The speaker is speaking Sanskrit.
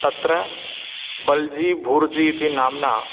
तत्र बल्जी भुर्जी इति नाम्ना